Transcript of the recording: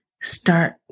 Start